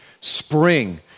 spring